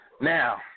Now